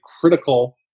critical